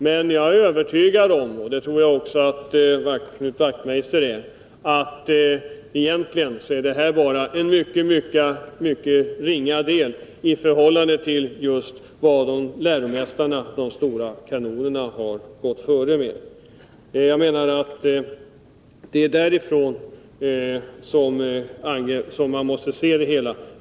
Men jag är övertygad om — och det tror jag att också Knut Wachtmeister är — att detta egentligen är mycket ringa saker i förhållande till vad läromästarna, de stora kanonerna, har gjort sig skyldiga till. Jag menar att det är ur den synvinkeln man måste se det hela.